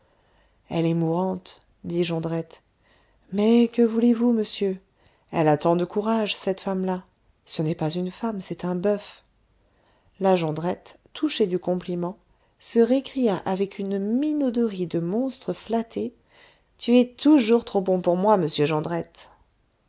elle est mourante dit jondrette mais que voulez-vous monsieur elle a tant de courage cette femme-là ce n'est pas une femme c'est un boeuf la jondrette touchée du compliment se récria avec une minauderie de monstre flatté tu es toujours trop bon pour moi monsieur jondrette